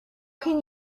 can